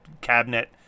cabinet